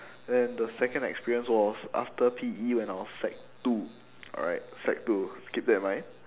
then the second experience was after P_E when I was sec two alright sec two keep that in mind